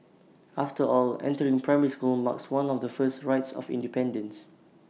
after all entering primary school marks one of the first rites of independence